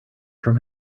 from